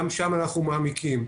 גם שם אנחנו מעמיקים.